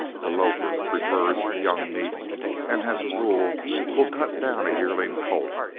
the lofer prefers young meat and as a rule will cut down a yearling colt,